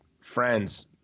friends